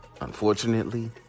unfortunately